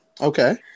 Okay